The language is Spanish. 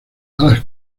malas